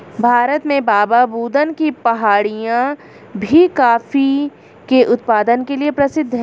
भारत में बाबाबुदन की पहाड़ियां भी कॉफी के उत्पादन के लिए प्रसिद्ध है